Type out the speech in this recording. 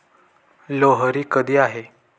लोहरी कधी आहे?